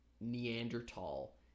Neanderthal